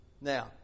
Now